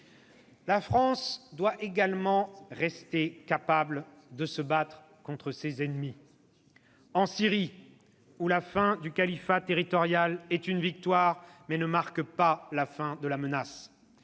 La France doit également rester capable de se battre contre ses ennemis : en Syrie, où la fin du califat territorial est une victoire, mais ne marque pas la fin de la menace